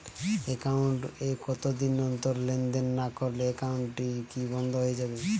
Account এ কতদিন অন্তর লেনদেন না করলে একাউন্টটি কি বন্ধ হয়ে যাবে?